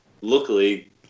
luckily